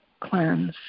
cleanse